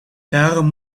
daarom